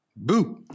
Boo